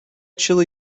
chili